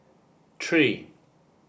tree